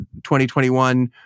2021